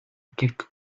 quelques